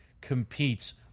competes